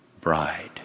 bride